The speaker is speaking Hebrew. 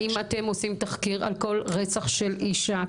האם אתם עושים תחקיר על כל רצח של אישה.